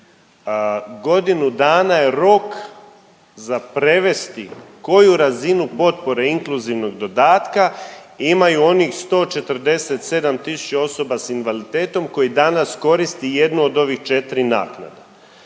Godinu dana je rok za prevesti koju razinu potpore inkluzivnog dodatka imaju onih 147 tisuća osoba s invaliditetom koji danas koristi jednu od ovih četri naknada.